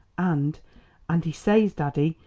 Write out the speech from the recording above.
and and he says, daddy,